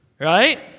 Right